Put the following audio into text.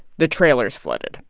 the trailers flooded.